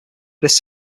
this